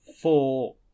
four